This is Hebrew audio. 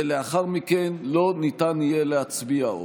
ולאחר מכן לא ניתן יהיה להצביע עוד.